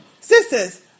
sisters